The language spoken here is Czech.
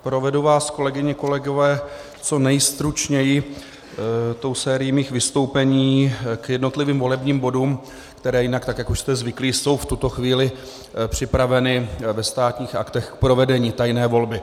Provedu vás, kolegyně a kolegové, co nejstručněji sérií mých vystoupení k jednotlivým volebním bodům, které jinak, jak už jste zvyklí, jsou v tuto chvíli připraveny ve Státních aktech k provedení tajné volby.